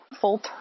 full